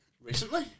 Recently